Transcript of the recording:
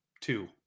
two